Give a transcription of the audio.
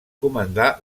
comandar